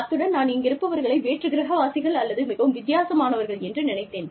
அத்துடன் நான் இங்கிருப்பவர்களை வேற்றுகிரகவாசிகள் அல்லது மிகவும் வித்தியாசமானவர்கள் என்று நினைத்தேன்